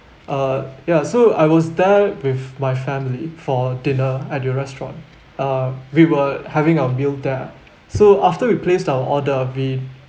uh ya so I was there with my family for dinner at your restaurant uh we were having a meal there so after we placed our order we